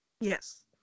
Yes